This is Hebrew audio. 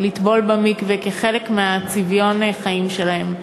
לטבול במקווה כחלק מצביון החיים שלהן.